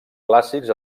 clàssics